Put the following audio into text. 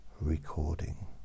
recording